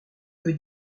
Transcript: veut